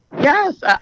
Yes